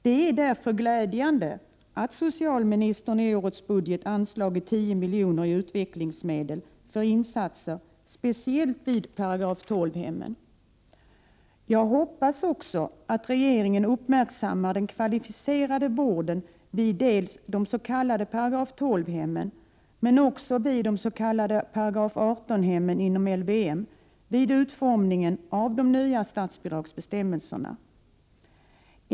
Det är således glädjande att socialministern i årets budget anslagit 10 milj.kr. i utvecklingsmedel för insatser speciellt beträffande § 12-hemmen. Vidare hoppas jag att regeringen uppmärksammar den kvalificerade vården i dels de s.k. § 12-hemmen, dels de s.k. § 18-hemmen inom ramen för LVM vid utformningen av de nya statsbidragsbestämmelserna.